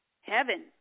Heaven